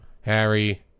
Harry